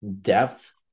depth